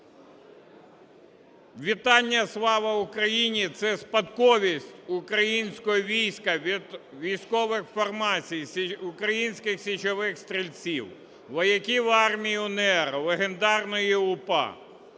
Вітання "Слава Україні" – це спадковість українського війська від військових формацій українських січових стрільців, вояків армії УНР легендарної УПА,